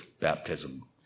baptism